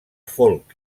folk